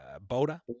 Boulder